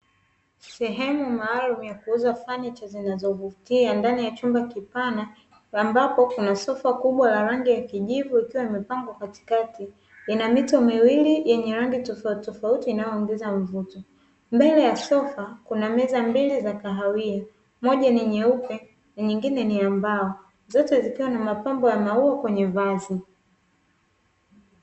Sehemu maalumu ya kuuza fanicha zinazovutia; ndani ya chumba kipana ambapo kuna sofa kubwa la rangi ya kijivu ikiwa imepangwa katikati. Ina mito miwili yenye rangi tofautitofauti inayoongeza mvuto. Mbele ya sofa kuna meza mbili za kahawia moja ni nyeupe na nyingine ni ya mbao. Zote zikiwa na mapambo ya maua kwenye vasi.